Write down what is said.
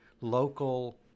local